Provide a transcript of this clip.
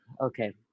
okay